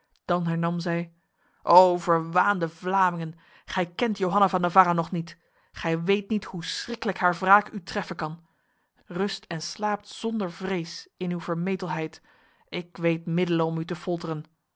dan hernam zij o verwaande vlamingen gij kent johanna van navarra nog niet gij weet niet hoe schriklijk haar wraak u treffen kan rust en slaapt zonder vrees in uw vermetelheid ik weet middelen om u te